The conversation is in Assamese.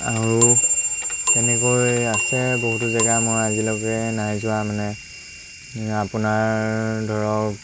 আৰু তেনেকৈ আছে বহুতো জেগা মই আজিলৈকে নাই যোৱা মানে আপোনাৰ ধৰক